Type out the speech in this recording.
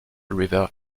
river